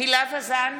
הילה וזאן,